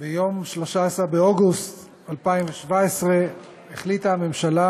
ביום 13 באוגוסט 2017 החליטה הממשלה,